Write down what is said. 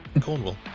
cornwall